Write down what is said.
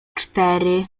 cztery